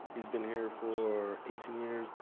he's been here for eighteen years.